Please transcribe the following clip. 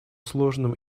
сложным